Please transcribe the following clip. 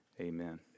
Amen